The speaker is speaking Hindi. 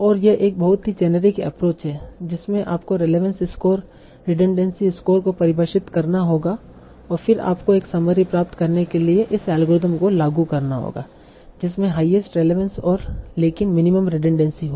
और यह एक बहुत ही जेनेरिक एप्रोच है जिसमें आपको रेलेवंस स्कोर रिडनड़ेंसी स्कोर को परिभाषित करना होगा और फिर आपको एक समरी प्राप्त करने के लिए इस अल्गोरिथम को लागू करना होगा जिसमे हाईएस्ट रेलेवंस और लेकिन मिनिमम रिडनड़ेंसी हो